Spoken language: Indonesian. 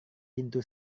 pintu